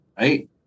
right